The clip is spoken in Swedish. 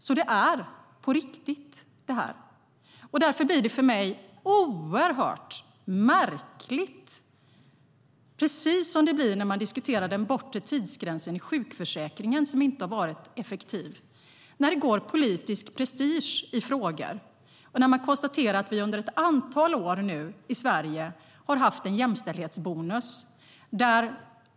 Detta är alltså på riktigt. Det blir för mig oerhört märkligt när det går politisk prestige i frågor, precis som när man diskuterar den bortre tidsgränsen i sjukförsäkringen, som inte har varit effektiv. Under ett antal år har vi haft en jämställdhetsbonus i Sverige.